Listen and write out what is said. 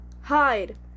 hide